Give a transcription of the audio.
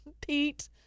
Pete